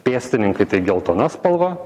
pėstininkai tai geltona spalva